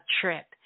trip